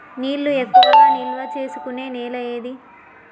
నీళ్లు ఎక్కువగా నిల్వ చేసుకునే నేల ఏది?